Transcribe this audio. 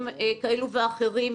פסטיבלים כאלו ואחרים,